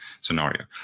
scenario